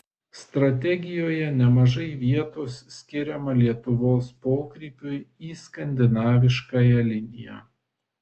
strategijoje nemažai vietos skiriama lietuvos pokrypiui į skandinaviškąją liniją